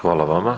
Hvala vama.